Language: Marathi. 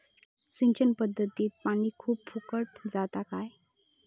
सिंचन पध्दतीत पानी खूप फुकट जाता काय?